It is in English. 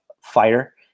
fighter